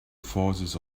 forces